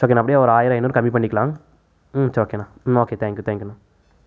சரி ஓகேண்ணா எப்படியும் ஒரு ஆயரம் ஐநூறு கம்மி பண்ணிக்கலாம் சரி ஓகேண்ணா ஓகே ஓகே தேங்க்யூ தேங்க்யூண்ணா